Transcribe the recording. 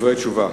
דברי תשובה.